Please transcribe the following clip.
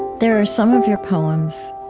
there are some of your poems,